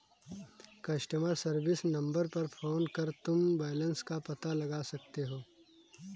customer service number पर phone करके तुम बैलन्स का पता लगा सकते हो